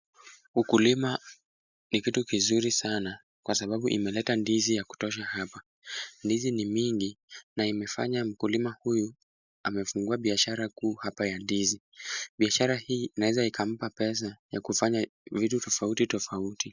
Ukulima ni kitu kizuri sana kwa sababu imeleta ndizi ya kutosha hapa. Ndizi ni mingi na imefanya mkulima huyu amefungua biashara kuu hapa ya ndizi. Biashara hii inaeza ikampa pesa ya kufanya vitu tofauti tofauti.